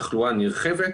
בתחלואה נרחבת.